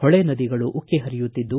ಹೊಳೆ ನದಿಗಳು ಉಕ್ಕಿ ಪರಿಯುತ್ತಿದ್ದು